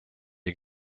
you